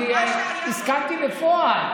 אני הסכמתי בפועל,